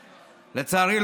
לצערי,